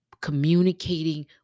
communicating